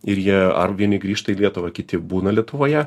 ir jie ar vieni grįžta į lietuvą kiti būna lietuvoje